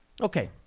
Okay